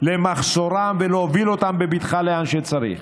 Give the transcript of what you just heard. למחסורם ולהוביל אותם בבטחה לאן שצריך.